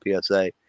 PSA